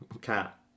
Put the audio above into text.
cat